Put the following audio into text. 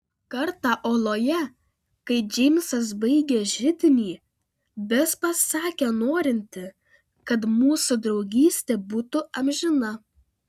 kartą oloje kai džeimsas baigė židinį bes pasakė norinti kad mūsų draugystė būtų amžina